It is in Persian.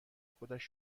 خودش